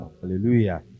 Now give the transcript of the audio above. Hallelujah